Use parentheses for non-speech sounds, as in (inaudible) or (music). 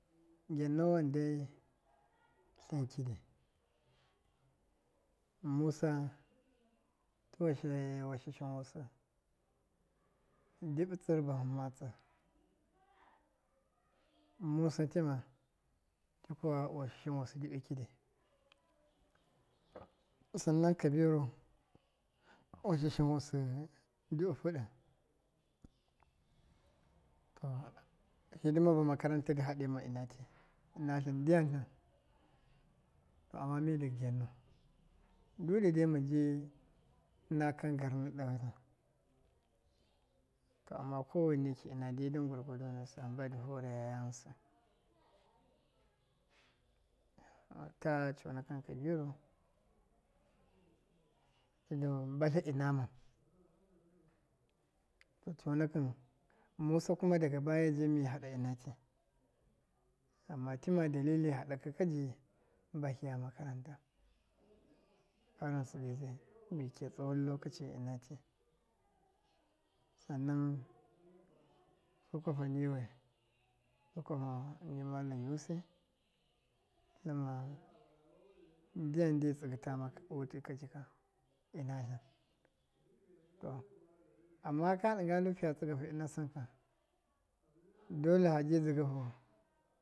Gyannowan dai, tlɨn kidi, musa tɨ (hesitation) washashan wasɨ dibi tsɨr bahɨm matsɨr, musa tima washa shanwasɨ dibi kidi san nan kabiru washashan wasɨ diɓi fɨɓɨ to, hidima ba makaran ta dɨ hadema ɨna ti- ina tlɨn ndyantlɨn, to ama mi dɨ gyanno, dudade mɨnji na kan garna dotlɨn, to ama koweneki ɨna dede gwargwado nusɨ ɨna hanba di horaya ghɨnsɨ ata conakɨn, kabiru, tɨgan mbatlɨ ina mɨn conakɨn, musa kuma daga baya je miye haɗa ɨna ti, ama tikama dalili hadakɨ ji bahiya makaranta har ghɨnsɨ dɨ zai miki ya tsawan lokaci ɨna ti san nan su kwapa ni we, su kwapa ni malam yusi, tlɨnma ndyan nde tsigɨ tama ka jika ewu te ɨnatlin, to ama ka ɗin ga ndu fiya tsɨgafu ina sɨnfa dole faji dzɨgafu.